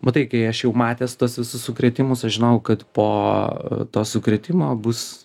matai kai aš jau matęs tuos visus sukrėtimus aš žinojau kad po to sukrėtimo bus